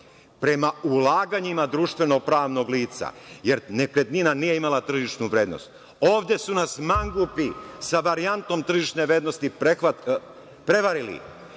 prema ulaganjima društveno pravnog lica, jer nekretnina nije imala tržišnu vrednost. Ovde su nas mangupi sa varijantom tržišne vrednosti prevarili.